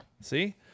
See